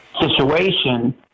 situation